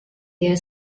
their